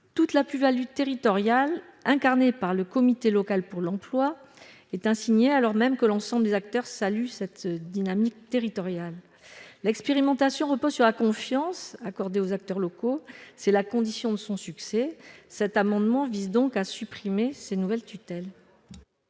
Toute la plus-value territoriale, incarnée par le comité local pour l'emploi, est ainsi niée, alors même que l'ensemble des acteurs saluent cette dynamique territoriale. L'expérimentation repose sur la confiance accordée aux acteurs locaux. C'est la condition de son succès. Cet amendement vise donc à supprimer ces nouvelles tutelles.